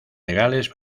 legales